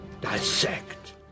dissect